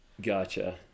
gotcha